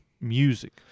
music